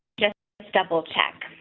just double check.